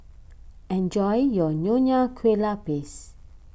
enjoy your Nonya Kueh Lapis